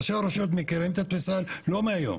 ראשי הרשויות מכירים את התפיסה לא מהיום.